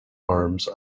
arms